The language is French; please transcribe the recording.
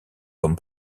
comme